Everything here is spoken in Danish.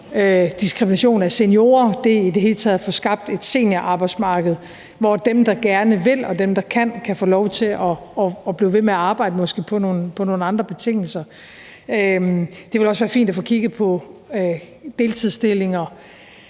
diskriminationen af seniorer og det i det hele taget at få skabt et seniorarbejdsmarked, hvor dem, der gerne vil og kan, kan få lov til at blive ved med at arbejde, måske på nogle andre betingelser. Det vil også være fint at få kigget på deltidsstillinger.